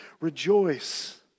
rejoice